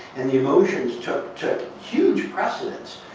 and the emotions took took huge precedence.